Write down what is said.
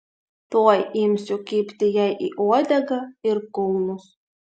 tuoj imsiu kibti jai į uodegą ir kulnus